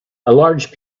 large